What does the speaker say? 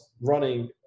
running